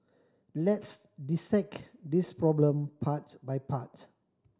let's dissect this problem part by part